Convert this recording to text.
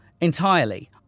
entirely